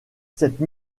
cette